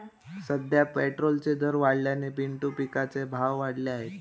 सध्या पेट्रोलचे दर वाढल्याने पिंटू पिकाचे भाव वाढले आहेत